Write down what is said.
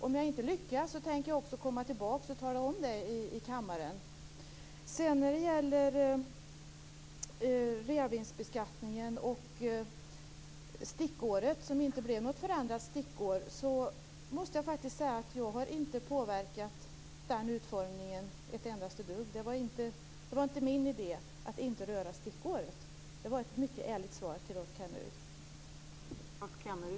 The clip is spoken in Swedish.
Om jag inte lyckas tänker jag också komma tillbaka till kammaren och tala om det. När det sedan gäller reavinstbeskattningen och stickåret som det inte blev någon förändring av måste jag faktiskt säga att jag inte har påverkat dess utformning ett dugg. Det var inte min idé att man inte skulle röra stickåret. Det var ett mycket ärligt svar till Rolf Kenneryd.